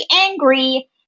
angry